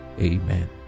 Amen